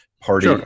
party